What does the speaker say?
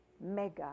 mega